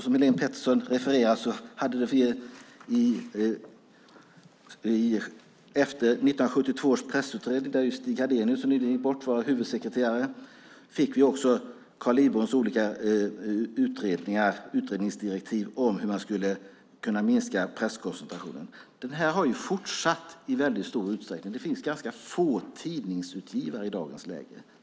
Som Helene Petersson refererade fick vi efter 1972 års pressutredning - där var Stig Hadenius, som nyligen gick bort, huvudsekreterare - Carl Lidboms olika utredningsdirektiv om hur man skulle kunna minska presskoncentrationen. Det här har fortsatt i väldigt stor utsträckning. Det finns ganska få tidningsutgivare i dagens läge.